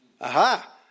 Aha